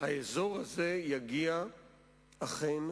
האזור הזה יגיע אכן